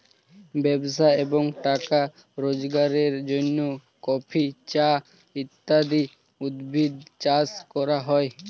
ব্যবসা এবং টাকা রোজগারের জন্য কফি, চা ইত্যাদি উদ্ভিদ চাষ করা হয়